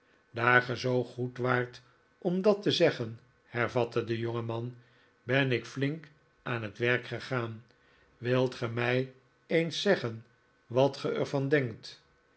ge zoo goed waart om dat te zeggen hervatte de jongeman ben ik flink aan het werk gegaan wilt ge mij eens zeggen wat ge er van denkt